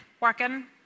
working